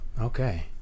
Okay